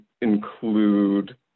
include